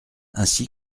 ainsi